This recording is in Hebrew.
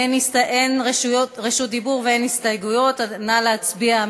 אין רשות דיבור ואין הסתייגות, אז נא להצביע.